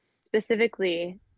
specifically